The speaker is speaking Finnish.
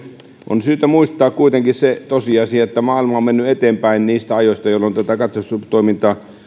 on syytä muistaa kuitenkin se tosiasia että maailma on mennyt eteenpäin niistä ajoista jolloin katsastustoimintaa